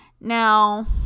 now